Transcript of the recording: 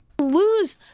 Lose